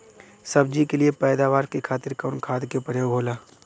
सब्जी के लिए पैदावार के खातिर कवन खाद के प्रयोग होला?